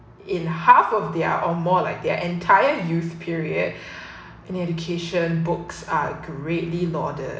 in half of their or more like their entire youth period in education books are greatly lauded